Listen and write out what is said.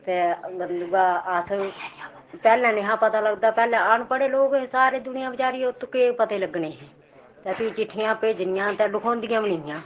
ते अस पैह्लें नेहा पता लगदा पैह्लें अनपढ़े लोक हे सारी दुनिया बेचारी ओत्त केह् पते लग्गने हे ते फ्ही चिट्ठियां भेजनियां तां लखोदियां बी नेहियां